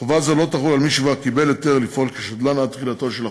חובה זו לא תחול על מי שכבר קיבל היתר לפעול כשדלן עד תחילתו של החוק.